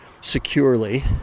securely